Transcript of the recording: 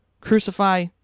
crucify